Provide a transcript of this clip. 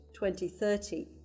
2030